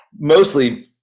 mostly